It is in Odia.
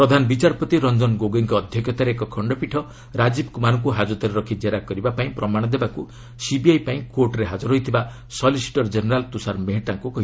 ପ୍ରଧାନ ବିଚାରପତି ରଞ୍ଜନ ଗୋଗୋଇଙ୍କ ଅଧ୍ୟକ୍ଷତାରେ ଏକ ଖଣ୍ଡପୀଠ ରାଜୀବ କୁମାରଙ୍କୁ ହାଜତରେ ରଖି ଜେରା କରିବା ପାଇଁ ପ୍ରମାଣ ଦେବାକୁ ସିବିଆଇ ପାଇଁ କୋର୍ଟ୍ରେ ହାଜର ହୋଇଥିବା ସଲିସିଟର କେନେରାଲ୍ ତୁଷାର ମେହେଟ୍ଟାଙ୍କୁ କହିଛନ୍ତି